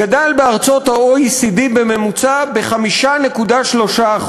גדל בארצות ה-OECD בממוצע ב-5.3%.